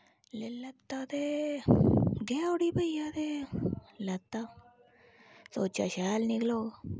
लेई लैता ते गेआ उठी भाईया ते लैता सोचेआ शैल निकलोग